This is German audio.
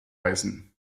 heißen